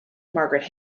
margaret